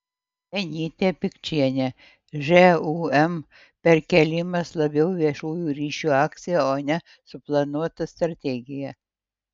genytė pikčienė žūm perkėlimas labiau viešųjų ryšių akcija o ne suplanuota strategija